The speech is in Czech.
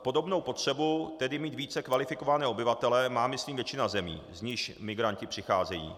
Podobnou potřebu, tedy mít více kvalifikované obyvatele, má myslím většina zemí, z nichž migranti přicházejí.